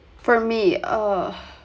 for me uh